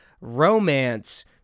romance